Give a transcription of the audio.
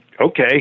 okay